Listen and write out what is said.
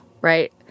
right